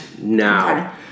now